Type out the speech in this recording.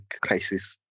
crisis